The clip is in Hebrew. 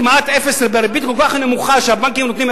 בריבית כל כך נמוכה שהבנקים נותנים,